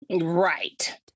Right